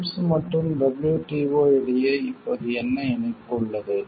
TRIPS மற்றும் WTO இடையே இப்போது என்ன இணைப்பு உள்ளது